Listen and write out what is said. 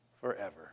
forever